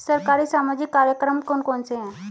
सरकारी सामाजिक कार्यक्रम कौन कौन से हैं?